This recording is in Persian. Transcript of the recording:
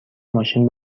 ماشین